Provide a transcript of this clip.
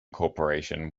corporation